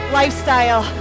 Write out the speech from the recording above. lifestyle